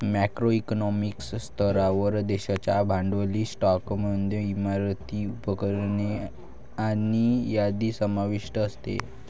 macro economic स्तरावर, देशाच्या भांडवली स्टॉकमध्ये इमारती, उपकरणे आणि यादी समाविष्ट असते